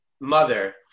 mother